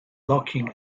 locking